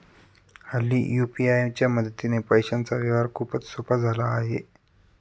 हल्ली यू.पी.आय च्या मदतीने पैशांचा व्यवहार खूपच सोपा झाला आहे